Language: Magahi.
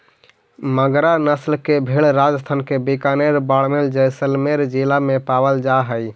मगरा नस्ल के भेंड़ राजस्थान के बीकानेर, बाड़मेर, जैसलमेर जिला में पावल जा हइ